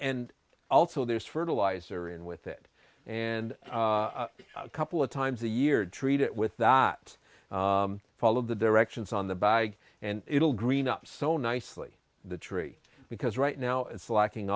and also there's fertilizer in with it and a couple of times a year treat it with that follow the directions on the bag and it'll green up so nicely the tree because right now it's lacking